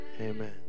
Amen